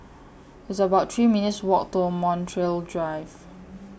It's about three minutes' Walk to Montreal Drive